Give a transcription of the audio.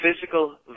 physical